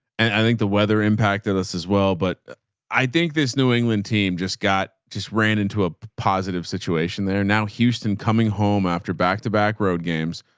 and i think the weather impacted us as well. but i think this new england team just got, just ran into a positive situation there. now, houston coming home after back-to-back road games,